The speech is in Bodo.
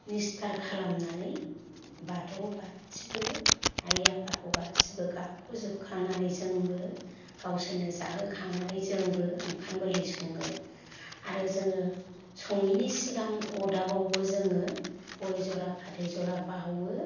निस्थार खालामनानै बाथौखौ गासिबो आय आफाखौ गासिबबो गाबख'जोबखांनानै जोंबो गावसोरनो जाहोखांनानै जोंबो ओंखाम गोरलै सङो आरो जोङो सङैनि सिगां अदाबावबो जोङो गय जरा फाथै जरा बावो